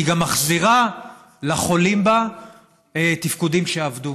היא גם מחזירה לחולים בה תפקודים שאבדו.